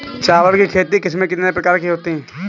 चावल की खेती की किस्में कितने प्रकार की होती हैं?